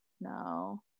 no